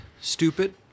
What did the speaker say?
stupid